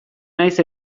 naiz